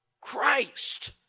Christ